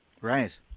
Right